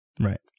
Right